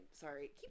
Sorry